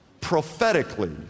prophetically